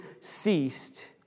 ceased